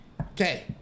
Okay